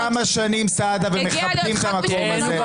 כשנכנסתי שמעתי שאתה